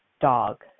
dog